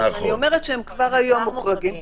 אז אני אומרת שהם כבר היום מוחרגים,